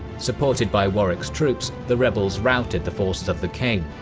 supported by warwick's troop so the rebels routed the forces of the king.